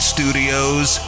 Studios